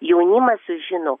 jaunimas sužino